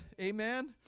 Amen